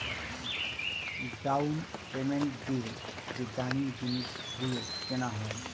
down payment দিয়ে যে দামী জিনিস গুলো কেনা হয়